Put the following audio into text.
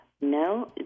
No